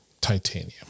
titanium